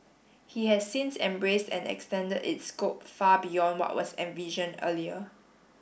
he has since embraced and extended its scope far beyond what was envisioned earlier